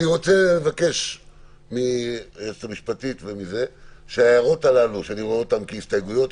רוצה לבקש מהיועצת המשפטית שההערות הללו שאני רואה אותן כהסתייגויות,